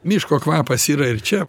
miško kvapas yra ir čia